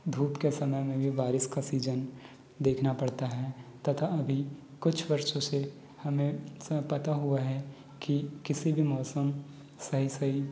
धुप के समय में भी बारीश का सिजन देखना पड़ता है तथा अभी कुछ वर्षों से हमें स पता हुआ है की किसी भी मौसम सही सही